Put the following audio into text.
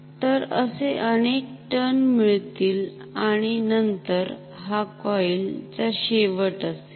तर असे अनेक टर्न मिळतील आणि नंतर हा कॉईल चा शेवट असेल